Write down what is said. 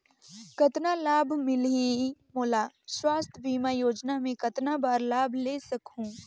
कतना लाभ मिलही मोला? स्वास्थ बीमा योजना मे कतना बार लाभ ले सकहूँ?